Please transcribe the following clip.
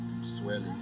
swelling